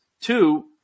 Two